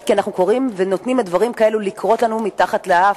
הדבר הקל ביותר: להרוס.